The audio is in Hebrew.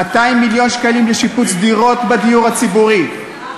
200 מיליון שקלים לשיפוץ דירות בדיור הציבורי,